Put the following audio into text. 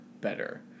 better